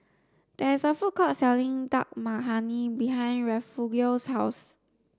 there is a food court selling Dal Makhani behind Refugio's house